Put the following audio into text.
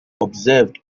observed